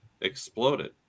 exploded